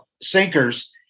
sinkers